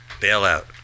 Bailout